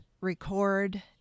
record